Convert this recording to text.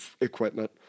equipment